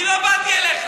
אני לא באתי אליך.